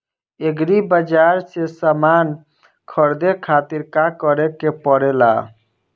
Agri बाज़ार से समान ख़रीदे खातिर का करे के पड़ेला?